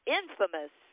infamous